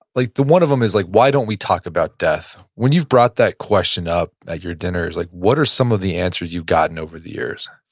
like the one of them is like why don't we talk about death? when you've brought that question up at your dinners, like what are some of the answers you've gotten over the years?